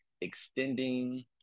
extending